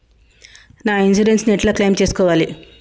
నా ఇన్సూరెన్స్ ని ఎట్ల క్లెయిమ్ చేస్కోవాలి?